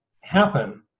happen